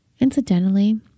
Incidentally